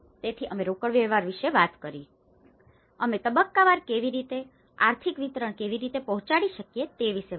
તેથી અમે રોકડ પ્રવાહ વિશે વાત કરી અમે તબક્કાવાર કેવી રીતે આર્થિક વિતરણ કેવી રીતે પહોંચાડી શકીએ તે વિશે વાત કરી